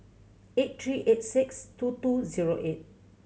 eight three eight six two two zero eight